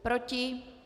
Proti?